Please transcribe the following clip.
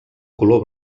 color